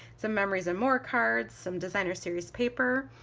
some memories and more cards, some designer series paper.